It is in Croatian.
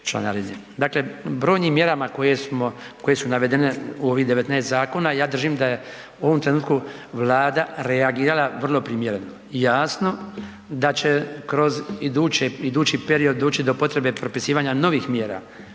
Dakle, brojnim mjerama koje smo, koje su navedene u ovih 19 zakona ja držim da je u ovom trenutku Vlada reagirala vrlo primjerno. Jasno da će kroz iduće, idući period doći do potrebe propisivanja novih mjera,